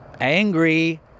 angry